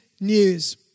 news